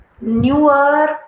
newer